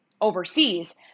Overseas